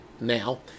Now